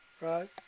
right